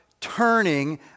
turning